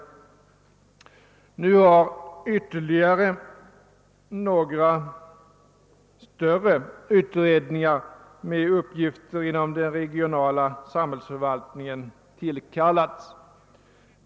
Nu har ytterligare några större utredningar med uppgifter inom den regionala samhällsförvaltningen tillkallats.